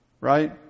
right